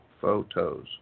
photos